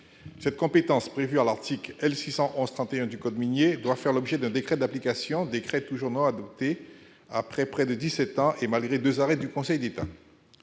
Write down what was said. Cette compétence, prévue à l'article L. 611-31 du code minier, doit faire l'objet d'un décret d'application, décret toujours non adopté après près de dix-sept ans et malgré deux arrêts du Conseil d'État.